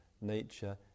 nature